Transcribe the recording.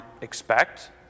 expect